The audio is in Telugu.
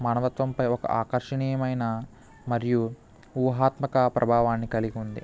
మానవత్వంపై ఒక ఆకర్షణీయమైన మరియు ఊహాత్మక ప్రభావాన్ని కలిగిఉంది